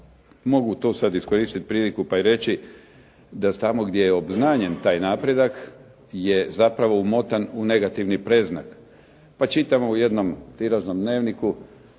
Mogu to sad iskoristiti priliku pa i reći da tamo gdje je obznanjen taj napredak je zapravo umotan u negativni predznak pa čitamo u jednom tiražnom dnevniku,